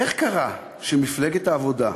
איך קרה שמפלגת העבודה,